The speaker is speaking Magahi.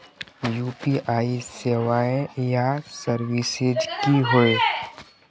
यु.पी.आई सेवाएँ या सर्विसेज की होय?